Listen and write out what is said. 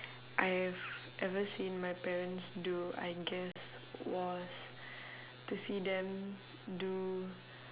I have ever seen my parents do I guess was to see them do